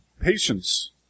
Patience